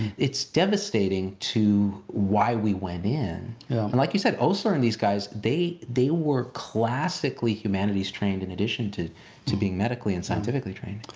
it's devastating to why we went in. and like you said, osler and these guys, they they were classically humanities trained in addition to to being medically and scientifically trained.